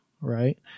right